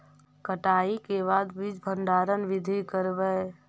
कटाई के बाद बीज भंडारन बीधी करबय?